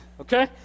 Okay